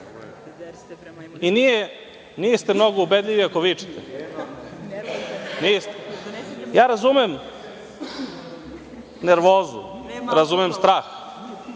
niste mnogo ubedljivi ako vičete. Ja razumem nervozu, razumem strah.